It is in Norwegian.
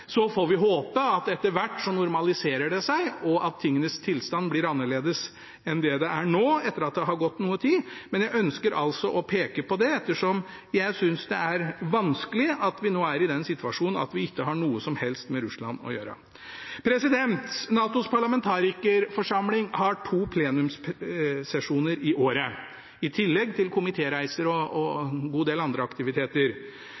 Så får vi håpe at det etter hvert normaliserer seg, og at tingenes tilstand etter at det har gått noe tid, blir annerledes enn den er nå. Men jeg ønsker å peke på dette ettersom jeg synes det er vanskelig at vi nå er i den situasjonen at vi ikke har noe som helst med Russland å gjøre. NATOs parlamentarikerforsamling har to plenumssesjoner i året i tillegg til komitéreiser og